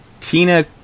Tina